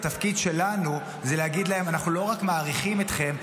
והתפקיד שלנו זה להגיד להם: אנחנו לא רק מעריכים אתכם,